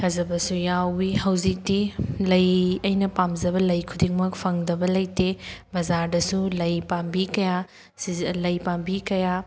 ꯊꯥꯖꯕꯁꯨ ꯌꯥꯎꯋꯤ ꯍꯧꯖꯤꯛꯇꯤ ꯂꯩ ꯑꯩꯅ ꯄꯥꯝꯖꯕ ꯂꯩ ꯈꯨꯗꯤꯡꯃꯛ ꯐꯪꯗꯕ ꯂꯩꯇꯦ ꯕꯖꯥꯔꯗꯁꯨ ꯂꯩ ꯄꯥꯝꯕꯤ ꯀꯌꯥ ꯂꯩ ꯄꯥꯝꯕꯤ ꯀꯌꯥ